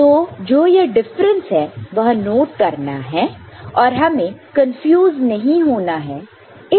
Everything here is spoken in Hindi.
तो जो यह डिफरेंस है वह नोट करना है और हमें कंफ्यूज नहीं होना है